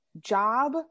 job